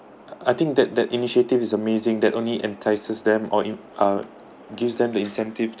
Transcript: I think that that initiative is amazing that only entices them or in~ uh gives them the incentive